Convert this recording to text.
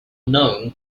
known